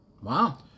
Wow